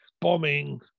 bombing